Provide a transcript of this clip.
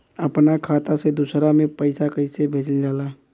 अपना खाता से दूसरा में पैसा कईसे भेजल जाला?